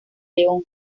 león